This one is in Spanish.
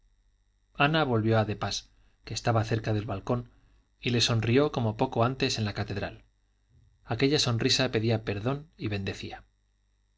ana volvió hacia de pas que estaba cerca del balcón y le sonrió como poco antes en la catedral aquella sonrisa pedía perdón y bendecía